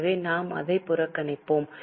எனவே நாம் அதை புறக்கணிப்போம்